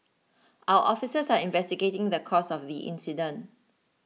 our officers are investigating the cause of the incident